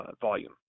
volume